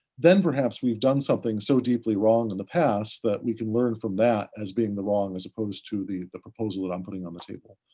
then perhaps we've done something so deeply wrong in the past that we can learn from that as being the wrong, as opposed to the the proposal that i'm putting on the table.